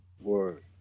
Word